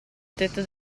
tetto